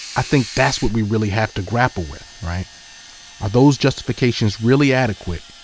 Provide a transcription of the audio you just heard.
i think that's what we really have to grapple with. are those justifications really adequate,